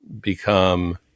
become